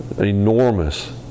enormous